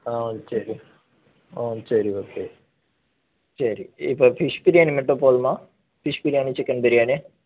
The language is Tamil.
ஆ சரி ஆ சரி ஓகே சரி இப்போது ஃபிஷ் பிரியாணி மட்டும் போதுமா ஃபிஷ் பிரியாணி சிக்கென் பிரியாணி